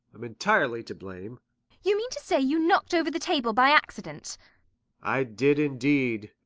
i'm entirely to blame you mean to say you knocked over the table by accident i did indeed.